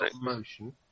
motion